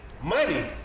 Money